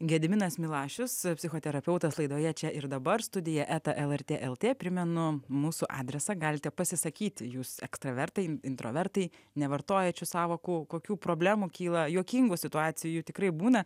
gediminas milašius psichoterapeutas laidoje čia ir dabar studija eta lrt lt primenu mūsų adresą galite pasisakyti jūs ekstravertai in introvertai nevartojat šių sąvokų kokių problemų kyla juokingų situacijų tikrai būna